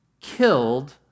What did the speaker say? killed